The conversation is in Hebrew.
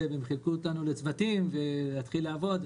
וחילקו אותנו לצוותים כדי להתחיל לעבוד.